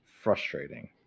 frustrating